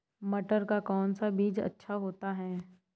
मटर का कौन सा बीज अच्छा होता हैं?